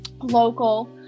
local